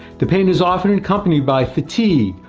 the pain is often accompanied by fatigue,